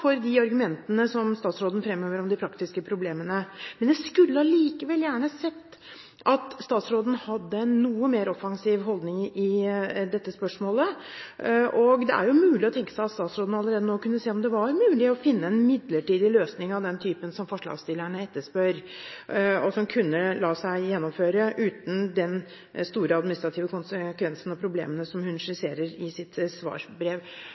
for de argumentene som statsråden fremhever om de praktiske problemene. Jeg skulle allikevel gjerne sett at statsråden hadde en noe mer offensiv holdning i dette spørsmålet. Det er mulig å tenke seg at statsråden allerede nå kunne se om det var mulig å finne en midlertidig løsning av den typen som forslagsstillerne etterspør, og som kunne la seg gjennomføre uten den store administrative konsekvensen og de problemene som hun skisserer i sitt svarbrev